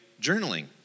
journaling